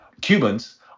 Cubans